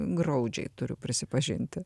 graudžiai turiu prisipažinti